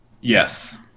Yes